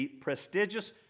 prestigious